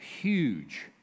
huge